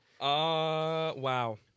Wow